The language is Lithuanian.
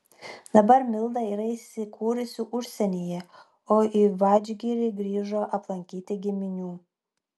dabar milda yra įsikūrusi užsienyje o į vadžgirį grįžo aplankyti giminių